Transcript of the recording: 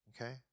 Okay